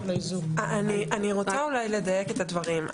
אני רוצה אולי לדייק את הדברים,